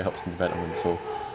it helps development so